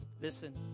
listen